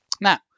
Now